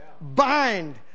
Bind